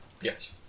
Yes